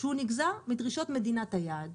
שהוא נגזר מדרישות מדינת היעד.